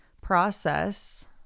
process